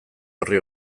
orri